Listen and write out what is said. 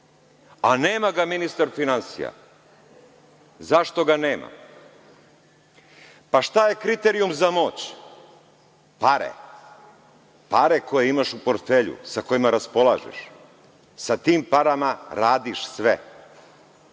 a nema ga ministar finansija.Zašto ga nema? Pa, šta je kriterijum za moć? Pare. Pare koje imaš u portfelju, sa kojima raspolažeš. Sa tim parama radiš sve.